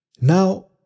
Now